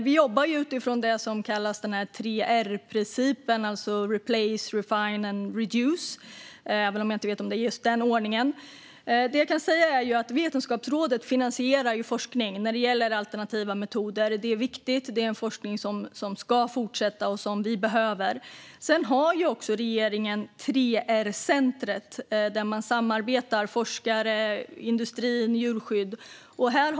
Vi jobbar utifrån det som kallas för 3R-principen, alltså replace, reuse och refine. Vetenskapsrådet finansierar forskning när det gäller alternativa metoder. Det är viktigt; det är en forskning som ska fortsätta och som vi behöver. Sedan har också regeringen Sveriges 3R-center, där forskare, industri och djurskydd samarbetar.